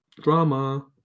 drama